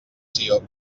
sió